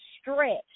stretch